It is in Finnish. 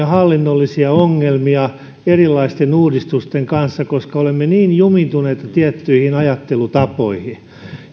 hallinnollisia ongelmia erilaisten uudistusten kanssa koska olemme niin jumiintuneita tiettyihin ajattelutapoihin